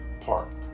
Park